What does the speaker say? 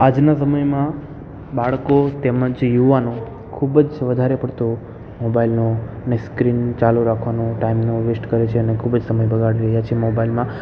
આજના સમયમાં બાળકો તેમજ યુવાનો ખૂબ જ વધારે પડતો મોબાઈલનો અને સ્ક્રીન ચાલુ રાખવાનો ટાઈમનો વેસ્ટ કરે છે અને ખૂબ જ સમય બગાડી રહ્યા છે મોબાઈલમાં